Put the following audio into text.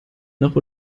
nach